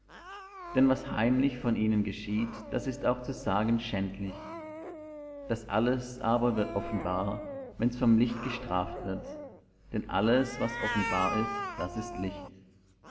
denn was heimlich von ihnen geschieht das ist auch zu sagen schändlich das alles aber wird offenbar wenn's vom licht gestraft wird denn alles was offenbar ist das ist licht